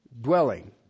dwelling